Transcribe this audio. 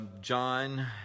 John